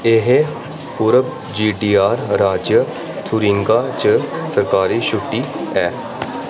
एह् पूर्व G D R राज्य थुरिंगा च सरकारी छुट्टी ऐ